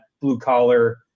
blue-collar